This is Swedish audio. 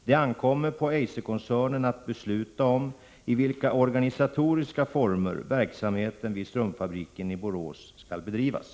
Det ankommer på Eiserkoncernen att besluta om i vilka organisatoriska former verksamheten vid strumpfabriken i Borås skall bedrivas.